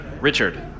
Richard